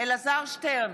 אלעזר שטרן,